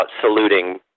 saluting